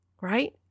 right